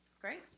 Great